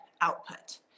output